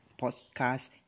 podcast